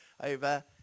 over